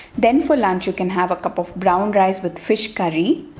then for lunch you can have a cup of brown rice with fish curry.